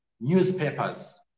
Newspapers